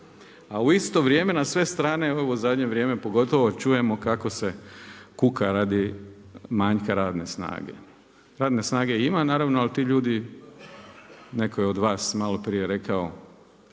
a u isto vrijeme na sve strane, evo u zadnje vrijeme pogotovo čujemo kako se kuka radi manjka radne snage. Radne snage ima, naravno ali ti ljudi neko je od vas malo prije rekao,